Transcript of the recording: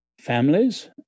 families